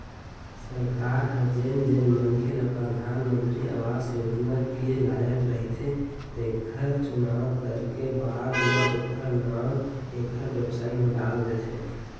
सरकार ह जेन जेन मनखे ल परधानमंतरी आवास योजना के लायक रहिथे तेखर चुनाव करके बाद म ओखर नांव एखर बेबसाइट म डाल देथे